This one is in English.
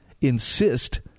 insist